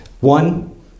One